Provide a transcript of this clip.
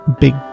big